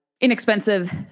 inexpensive